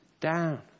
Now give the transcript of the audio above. down